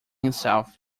himself